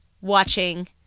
watching